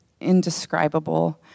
indescribable